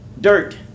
dirt